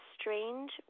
strange